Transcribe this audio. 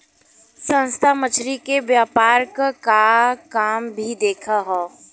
संस्था मछरी के व्यापार क काम भी देखत हौ